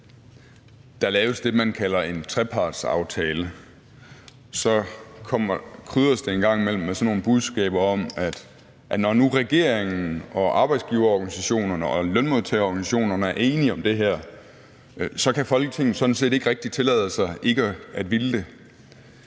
der laves det, man kalder en trepartsaftale, så krydres det en gang imellem med sådan nogle budskaber om, at når nu regeringen og arbejdsgiverorganisationerne og lønmodtagerorganisationerne er enige om det her, så kan Folketinget sådan set ikke rigtig tillade sig ikke at ville det.